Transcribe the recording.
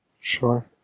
Sure